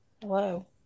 hello